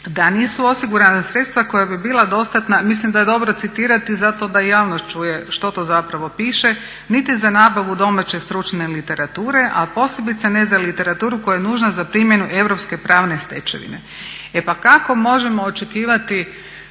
da nisu osigurana sredstva koja bi bila dostatna, mislim da je dobro citirati zato da i javnost čuje što to zapravo piše niti za nabavu domaće stručne literature a posebice ne za literaturu koja je nužna za primjenu europske pravne stečevine. E pa kako možemo očekivati